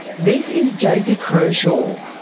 this is josie crawshaw.